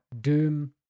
doom